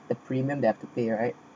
the premium they have to pay right